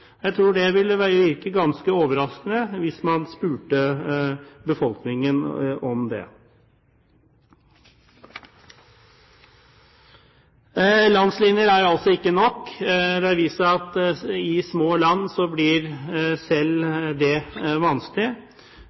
Jeg tror det vil være ganske overraskende hvis man spurte befolkningen om det. Landslinjer er altså ikke nok. Det har vist seg at i små land blir selv det vanskelig.